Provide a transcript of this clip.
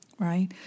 Right